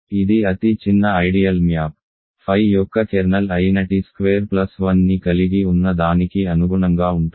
ఇది అతి చిన్న ఐడియల్ మ్యాప్ phi యొక్క కెర్నల్ అయిన t స్క్వేర్ ప్లస్ 1 ని కలిగి ఉన్న దానికి అనుగుణంగా ఉంటుంది